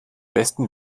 besten